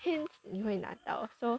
hints 你会拿到 so